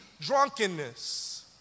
drunkenness